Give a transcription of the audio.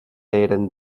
eren